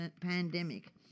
pandemic